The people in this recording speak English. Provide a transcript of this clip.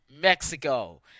Mexico